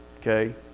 okay